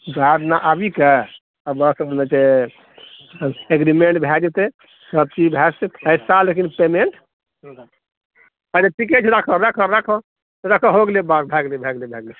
ओएह दिना आबी कऽ आ अग्रीमेंट भए जेतै सबचीज भए जेतै पैसा लेकिन अग्रीमेंट अच्छा ठीके छै राखऽ राखऽ राखऽ राखऽ हो गेले बात भए गेलै भए गेलै भए गेलै